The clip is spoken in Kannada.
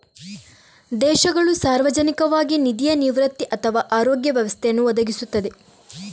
ದೇಶಗಳು ಸಾರ್ವಜನಿಕವಾಗಿ ನಿಧಿಯ ನಿವೃತ್ತಿ ಅಥವಾ ಆರೋಗ್ಯ ವ್ಯವಸ್ಥೆಯನ್ನು ಒದಗಿಸುತ್ತವೆ